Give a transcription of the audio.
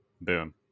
Boom